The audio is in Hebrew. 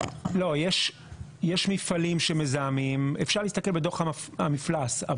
לא, יש מפעלים שמזהמים, אפשר להסתכל בדוח המפלס.